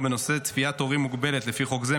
בנושא צפיית הורים מוגבל לפי חוק זה.